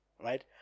right